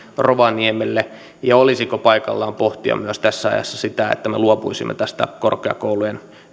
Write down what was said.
rovaniemelle ja olisiko paikallaan pohtia myös tässä ajassa sitä että me luopuisimme tästä korkeakoulujen